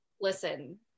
listen